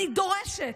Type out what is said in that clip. אני דורשת,